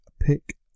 pick